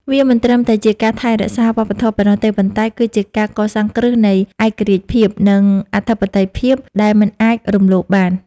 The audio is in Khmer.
វាមិនត្រឹមតែជាការថែរក្សាវប្បធម៌ប៉ុណ្ណោះទេ ប៉ុន្តែគឺជាការកសាងគ្រឹះនៃឯករាជ្យភាព និងអធិបតេយ្យភាពដែលមិនអាចរំលោភបាន។